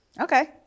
Okay